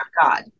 God